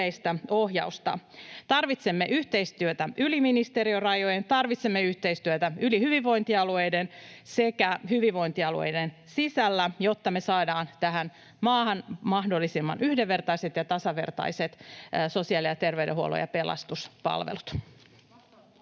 tarvitsemme yhteistyötä yli hyvinvointialueiden sekä hyvinvointialueiden sisällä, jotta me saadaan tähän maahan mahdollisimman yhdenvertaiset ja tasavertaiset sosiaali‑ ja terveydenhuollon ja pelastuspalvelut.